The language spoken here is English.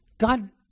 God